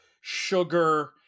sugar